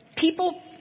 People